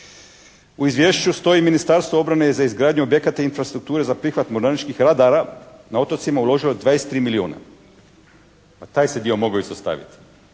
U izvješću stoji, Ministarstvo obrane za izgradnju objekata infrastrukture za prihvat mornaričkih radara na otocima uloženo je 23 milijuna. Pa taj se dio mogao isto staviti.